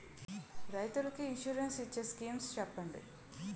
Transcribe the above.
రైతులు కి ఇన్సురెన్స్ ఇచ్చే స్కీమ్స్ చెప్పండి?